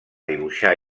dibuixar